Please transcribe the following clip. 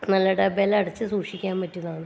നല്ല ഡബേലടച്ച് സൂക്ഷിക്കാൻ പറ്റുന്നതാണ്